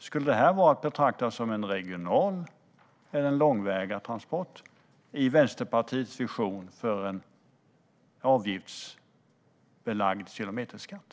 Skulle detta vara att betrakta som en regional eller en långväga transport i Vänsterpartiets vision för en kilometerskatt?